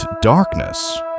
darkness